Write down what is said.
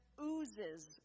oozes